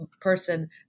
person